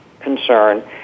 concern